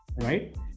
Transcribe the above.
right